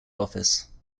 office